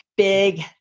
Big